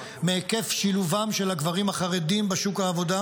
מהיקף שילובם של הגברים החרדים בשוק העבודה,